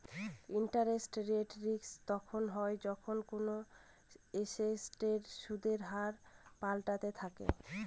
interest rate risk তখন হয় যখন কোনো এসেটের সুদের হার পাল্টাতে থাকে